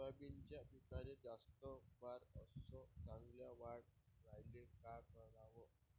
सोयाबीनच्या पिकाले जास्त बार अस चांगल्या वाढ यायले का कराव?